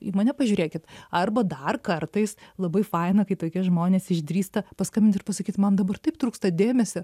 į mane pažiūrėkit arba dar kartais labai faina kai tokie žmonės išdrįsta paskambint ir pasakyt man dabar taip trūksta dėmesio